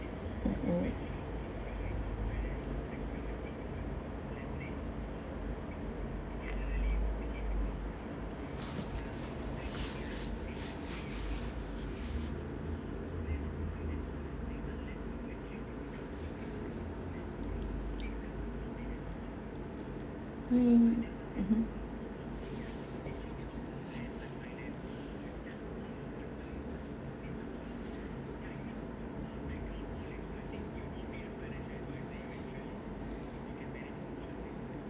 mm hmm mmhmm